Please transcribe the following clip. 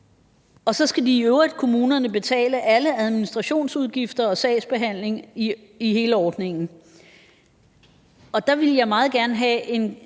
Og så skal kommunerne i øvrigt betale alle administrationsudgifter af sagsbehandlingen i hele ordningen. Og der vil jeg meget gerne have en